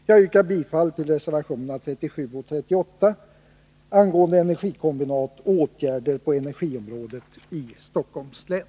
Jag yrkar bifall till reservationerna 37 och 38 angående energikombinat och åtgärder på energiområdet i Stockholms län.